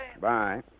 Bye